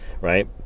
right